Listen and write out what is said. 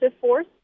force